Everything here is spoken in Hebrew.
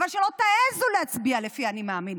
אבל שלא תעזו להצביע לפי האני-מאמין.